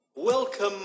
Welcome